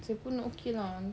saya pun okay lah